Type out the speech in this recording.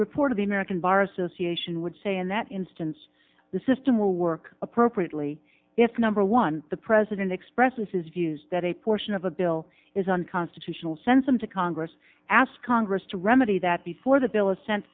report of the american bar association would say in that instance the system will work appropriately if number one the president expresses his views that a portion of the bill is unconstitutional send some to congress ask congress to remedy that before the bill is sent